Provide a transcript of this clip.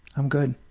i'm good.